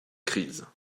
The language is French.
crises